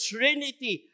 Trinity